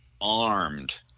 armed